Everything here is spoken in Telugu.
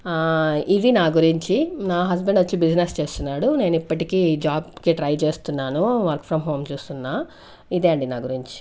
ఇది నా గురించి నా హస్బెండ్ వచ్చి బిజినెస్ చేస్తున్నాడు నేను ఇప్పటికీ జాబ్ కి ట్రై చేస్తున్నాను వర్క్ ఫ్రం హోం చూస్తున్న ఇదే అండి నా గురించి